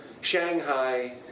Shanghai